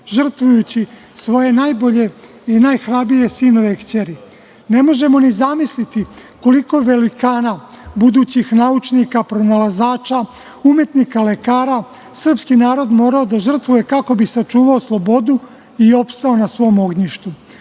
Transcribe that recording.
žrtvujući svoje najbolje i najhrabrije sinove i kćeri. Ne možemo ni zamisliti koliko je velikana, budućih naučnika, pronalazača, umetnika, lekara srpski narod morao da žrtvuje kako bi sačuvao slobodu i opstao na svom ognjištu. Slobodno